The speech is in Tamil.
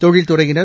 தொழில் துறையினர்